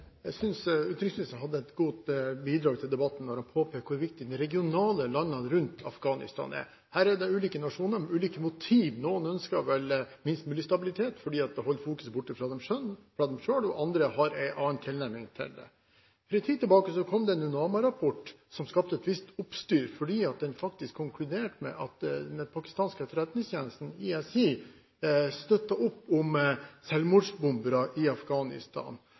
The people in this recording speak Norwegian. debatten der han påpekte hvor viktig de regionale landene rundt Afghanistan er. Her er ulike nasjoner med ulike motiv. Noen ønsker vel minst mulig stabilitet, for da holdes fokuset borte fra dem selv, og andre har en annen tilnærming til det. For en tid siden kom det en UNAMA-rapport som skapte et visst oppstyr, fordi den faktisk konkluderte med at den pakistanske etterretningstjenesten, ISI, støtter opp om selvmordsbombere i Afghanistan.